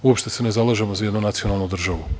Uopšte se ne zalažemo za jednu nacionalnu državu.